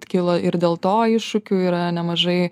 kilo ir dėl to iššūkių yra nemažai